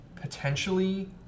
potentially